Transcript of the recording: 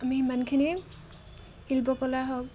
আমি সিমানখিনি শিল্পকলা হওক